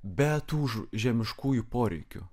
bet už žemiškųjų poreikių